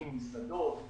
לפי מסעדות,